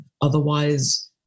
Otherwise